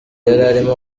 yari